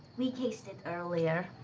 we cased it earlier.